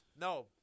No